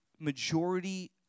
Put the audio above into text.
majority